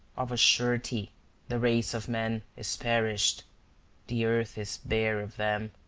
of a surety the race of man is perished the earth is bare of them.